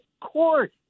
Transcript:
court